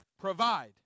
provide